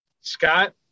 Scott